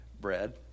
bread